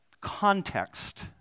context